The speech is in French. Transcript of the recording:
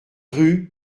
rue